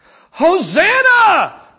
Hosanna